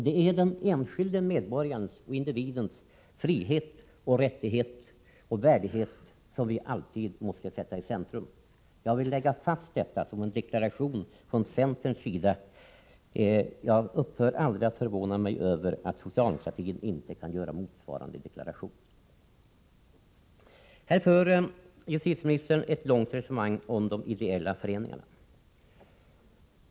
Det är den enskilde medborgarens och individens frihet, rättigheter och värdighet som vi alltid måste sätta i centrum. Jag vill lägga fast detta som en deklaration från centern. Jag upphör aldrig att förvånas över att socialdemokraterna inte kan göra motsvarande deklaration. Justitieministern för ett långt resonemang om de ideella föreningarna.